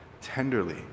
tenderly